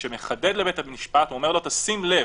שנחדד לבית המשפט הוא אומר לו: שים לב,